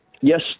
Yes